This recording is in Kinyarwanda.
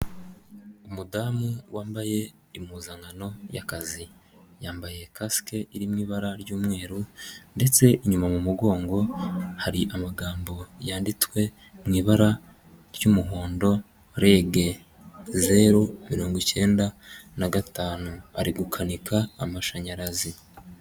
Umudamu wambaye impuzankano y'akazi, yambaye kasike iri mu ibara ry'umweru ndetse inyuma mu mugongo hari amagambo yanditswe mu ibara ry'umuhondo REG zeru mirongo icyenda na gatanu ari gukanika amashanyarazi.